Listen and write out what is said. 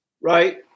Right